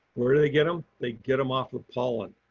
where do they get them? they get them off the pollen.